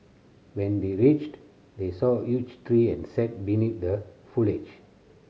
when they reached they saw a huge tree and sat beneath the foliage